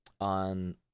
on